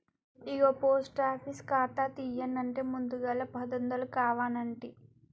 ఇగో post office ఖాతా తీయన్నంటే ముందుగల పదొందలు కావనంటి